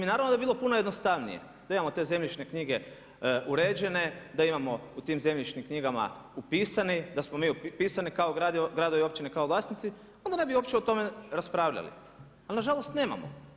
I naravno da bi bilo puno jednostavnije da imamo te zemljišne knjige uređene, da imamo u tim zemljišnim knjigama upisani, da smo mi upisani kao gradovi i općine kao vlasnici, onda ne bi uopće o tome raspravljali ali nažalost nemamo.